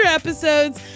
episodes